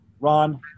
Ron